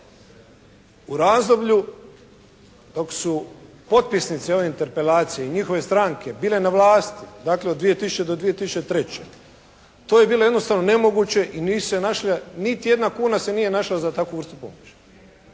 U razdoblju dok su potpisnici ove Interpelacije i njihove stranke bile na vlasti dakle, od 2000. do 2003. to je bilo jednostavno nemoguće i nisu se našle, niti jedna kuna se nije našla za takvu vrstu pomoći.